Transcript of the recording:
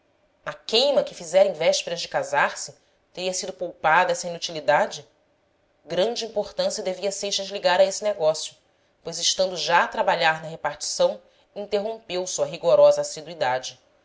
na queima que fizera em vésperas de casar-se teria sido poupada essa inutilidade grande importância devia seixas ligar a esse negócio pois estando já a trabalhar na repartição interrompeu sua rigorosa